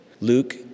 Luke